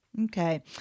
Okay